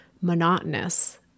monotonous